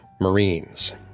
Marines